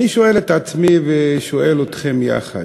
אני שואל את עצמי ושואל אתכם יחד: